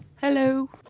Hello